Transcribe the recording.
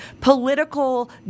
political